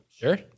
sure